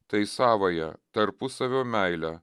tai savąją tarpusavio meilę